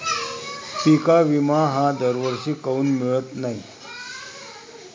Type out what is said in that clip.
पिका विमा हा दरवर्षी काऊन मिळत न्हाई?